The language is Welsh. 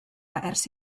ers